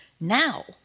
Now